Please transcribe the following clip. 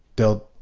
they'll